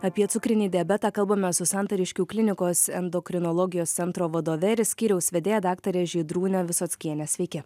apie cukrinį diabetą kalbamės su santariškių klinikos endokrinologijos centro vadove ir skyriaus vedėja daktare žydrūne visockiene sveiki